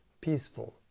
peaceful